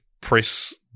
press